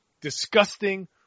disgusting